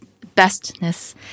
bestness